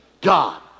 God